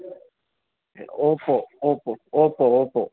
Oppo Oppo Oppo Oppo